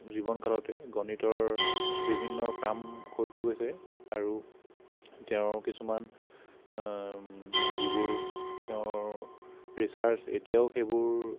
জীৱনকালতে গণিতৰ বিভিন্ন কাম কৰি থৈ গৈছে আৰু তেওঁৰ কিছুমান যিবোৰ তেওঁৰ ৰিচাৰ্চ এতিয়াও সেইবোৰ